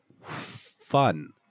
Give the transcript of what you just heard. fun